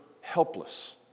helpless